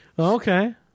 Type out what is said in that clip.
Okay